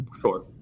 Sure